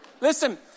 Listen